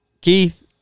Keith